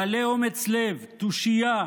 גלה אומץ לב, תושייה,